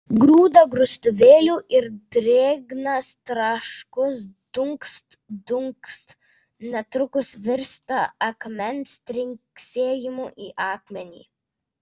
grūda grūstuvėliu ir drėgnas traškus dunkst dunkst netrukus virsta akmens trinksėjimu į akmenį